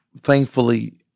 Thankfully